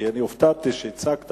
כי אני הופתעתי שהצגת